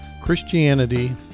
Christianity